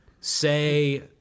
say